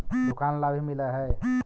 दुकान ला भी मिलहै?